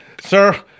sir